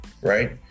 right